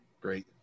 Great